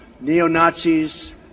neo-Nazis